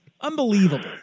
Unbelievable